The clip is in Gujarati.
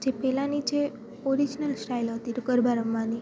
જે પહેલાંની જે ઓરીજનલ સ્ટાઇલ હતી તો ગરબા રમવાની